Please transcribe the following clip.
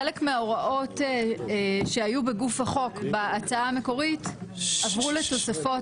חלק מההוראות שהיו בגוף החוק בהצעה מקורית עברו לתוספות,